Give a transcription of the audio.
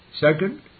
Second